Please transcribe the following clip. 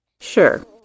Sure